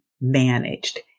managed